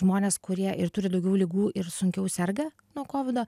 žmonės kurie ir turi daugiau ligų ir sunkiau serga nuo kovido